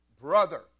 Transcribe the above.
brother